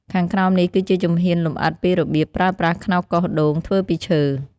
ខាងក្រោមនេះគឺជាជំហានលម្អិតពីបៀបប្រើប្រាស់ខ្នោសកោសដូងធ្វើពីឈើ